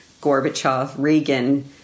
Gorbachev-Reagan